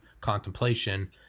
Contemplation